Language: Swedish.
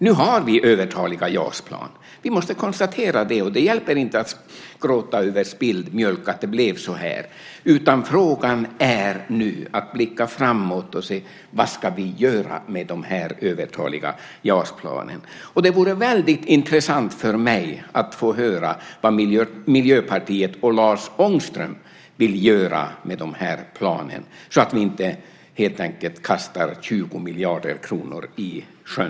Nu har vi övertaliga JAS-plan. Vi måste konstatera det. Det hjälper inte att gråta över spilld mjölk, att det blev så här. Frågan är nu att blicka framåt och se vad vi ska göra med de övertaliga JAS-planen. Det vore väldigt intressant för mig att få höra vad Miljöpartiet och Lars Ångström vill göra med de här planen så att vi inte helt enkelt kastar 20 miljarder kronor i sjön.